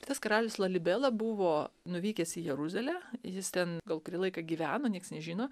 tas karalius lalibela buvo nuvykęs į jeruzalę jis ten gal kurį laiką gyveno nieks nežino